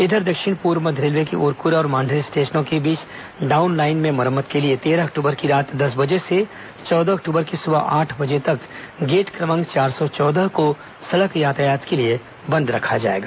इधर दक्षिण पूर्व मध्य रेलवे के उरकुरा और मांढर स्टेशनों के बीच डाउन लाईन में मरम्मत के लिए तेरह अक्टूबर की रात दस बजे से चौदह अक्टूबर की सुबह आठ बजे तक गेट क्रमांक चार सौ चौदह को सड़क यातायात के लिए बंद रखा जाएगा